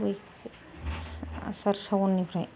बै आसार सावननिफ्राय